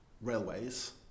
railways